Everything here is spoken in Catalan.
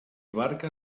barca